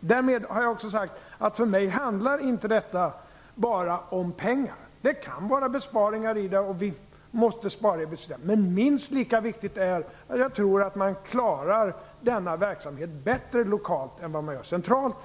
Därmed har jag också sagt att för mig handlar inte detta bara om pengar. Det kan finnas besparingar i detta och vi måste spara, men minst lika viktigt är att jag tror att man klarar denna verksamhet bättre lokalt än vad man gör centralt.